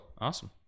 Awesome